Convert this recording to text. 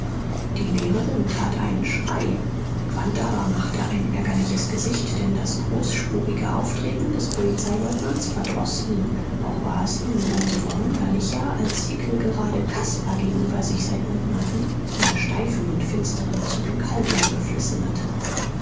die lehrerin tat einen schrei quandt aber machte ein ärgerliches gesicht denn das großspurige auftreten des polizeileutnants verdroß ihn auch war es ihm um so verwunderlicher als hickel gerade caspar gegenüber sich seit monaten einer steifen und finsteren zurückhaltung beflissen hatte